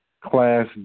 Class